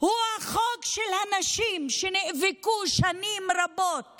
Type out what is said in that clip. הוא החוק של הנשים שנאבקו שנים רבות